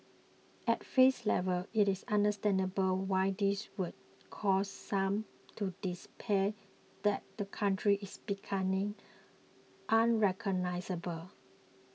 at face level it is understandable why this would cause some to despair that the country is becoming unrecognisable